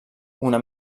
una